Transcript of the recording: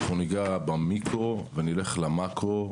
ניגע במיקרו ונלך למאקרו.